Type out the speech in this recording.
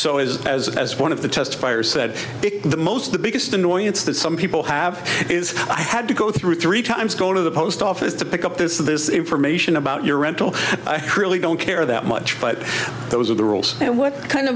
so as as as one of the test fires said the most the biggest annoyance that some people have is i had to go through three times go to the post office to pick up this this information about your rental i really don't care that much but those are the rules and what kind of